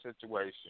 situation